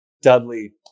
Dudley